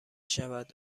شود